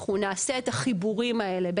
אנחנו נעשה את החיבורים האלה,